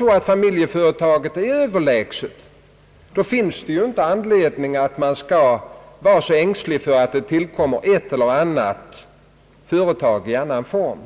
Om familjeföretaget är överlägset, finns det inte anledning att vara så ängslig för att det tillkommer ett eller annat företag i annan form.